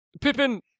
Pippin